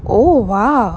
oh !wow!